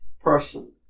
person